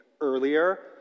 earlier